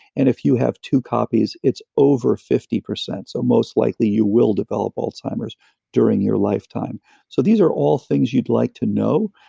and if you have two copies, it's over fifty percent, so most likely you will develop alzheimer's during your lifetime so these are all things you'd like to know.